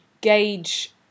gauge